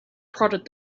prodded